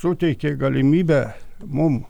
suteikė galimybę mum